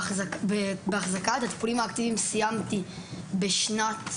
את הטיפולים האקטיביים סיימתי בשנת